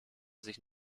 sich